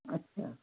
अच्छा